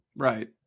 Right